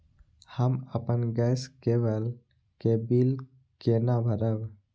हम अपन गैस केवल के बिल केना भरब?